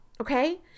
okay